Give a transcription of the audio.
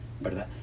¿verdad